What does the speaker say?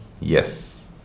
yes